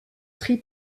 tri